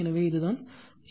எனவே இதுதான் யோசனை